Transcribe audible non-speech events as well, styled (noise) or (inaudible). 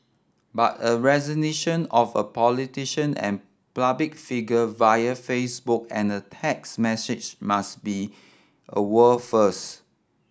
but a (unintelligible) of a politician and public figure via Facebook and a text message must be a world first